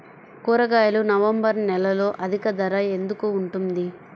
కూరగాయలు నవంబర్ నెలలో అధిక ధర ఎందుకు ఉంటుంది?